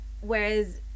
whereas